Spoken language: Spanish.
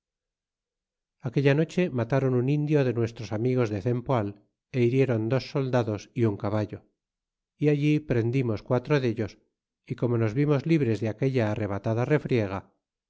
aquella noche matron un indio de nuestros amigos de cempoal é hirieron dos soldaos y un caballo y allí prendimos quatro dellos y como nos vimos libres de aquella arrebatada refriega